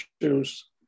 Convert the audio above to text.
issues